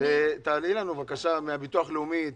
תעלי בבקשה את רועי קרת מהביטוח הלאומי.